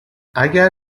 اگر